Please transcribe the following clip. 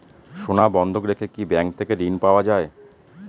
সোনা বন্ধক রেখে কি ব্যাংক থেকে ঋণ পাওয়া য়ায়?